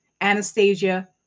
Anastasia